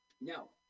No